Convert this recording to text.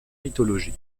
mythologie